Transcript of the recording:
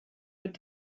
mit